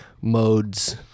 Modes